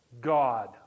God